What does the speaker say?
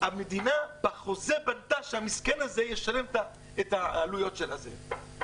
המדינה בחוזה בנתה שהמסכן הזה ישלם את העלויות של הזה.